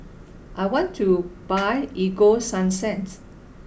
I want to buy Ego Sunsense